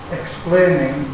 explaining